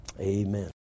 Amen